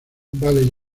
vale